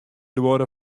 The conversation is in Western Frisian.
duorre